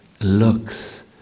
looks